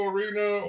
Arena